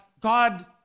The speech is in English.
God